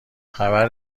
خبر